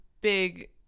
big